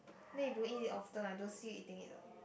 then you don't eat it often I don't see you eating it what